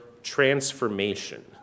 transformation